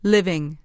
Living